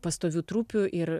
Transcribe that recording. pastovių trupių ir